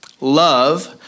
love